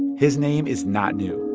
his name is not new